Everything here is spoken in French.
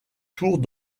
tours